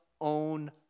own